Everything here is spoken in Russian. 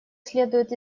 следует